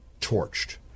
torched